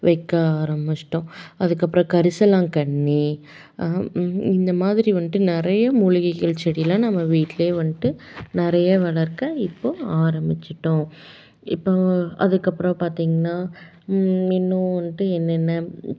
வைக்க ஆரம்பிச்சிட்டோம் அதுக்கப்புறம் கரிசலாங்கண்ணி இந்த மாதிரி வந்துட்டு நிறைய மூலிகைகள் செடியெலாம் நம்ம வீட்டிலே வந்துட்டு நிறைய வளர்க்க இப்போ ஆரம்பிச்சிட்டோம் இப்போது அதுக்கப்புறம் பார்த்தீங்கன்னா இன்னும் வந்துட்டு என்னென்ன